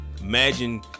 Imagine